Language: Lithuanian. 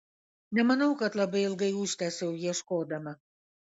nemanau kad labai ilgai užtęsiau ieškodama